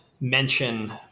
mention